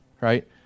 right